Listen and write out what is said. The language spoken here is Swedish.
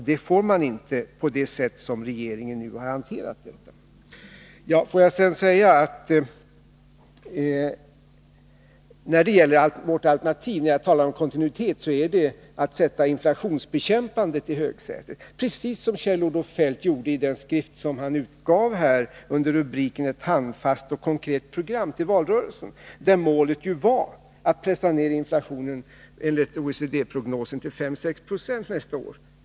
Det får inte Statsföretag så som regeringen nu har hanterat frågan. Låt mig sedan säga några ord beträffande vårt alternativ. När jag talar om kontinuitet avser jag detta att sätta inflationsbekämpandet i högsätet — precis som Kjell-Olof Feldt gjorde i den skrift han gav ut i valrörelsen under rubriken Ett handfast och konkret program, där målet var att pressa ned inflationen till 5-6 96 nästa år, så att man skulle uppfylla OECD-prognosen.